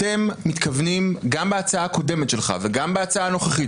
אתם מתכוונים - גם בהצעה הקודמת שלך וגם בהצעה הנוכחית